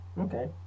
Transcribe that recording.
Okay